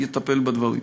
ויטפל בדברים.